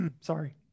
sorry